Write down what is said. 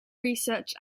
research